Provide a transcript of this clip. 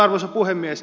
arvoisa puhemies